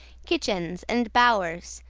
kitchenes, and bowers,